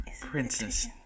Princess